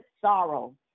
sorrow